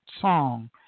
song